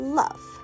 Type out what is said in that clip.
love